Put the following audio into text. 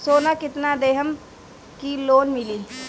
सोना कितना देहम की लोन मिली?